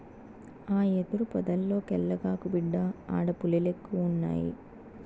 ఆ యెదురు పొదల్లోకెల్లగాకు, బిడ్డా ఆడ పులిలెక్కువున్నయి